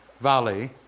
Valley